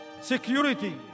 security